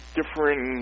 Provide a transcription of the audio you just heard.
different